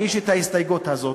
הגיש את ההסתייגות הזאת,